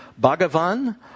Bhagavan